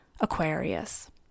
Aquarius